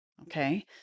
Okay